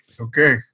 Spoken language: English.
Okay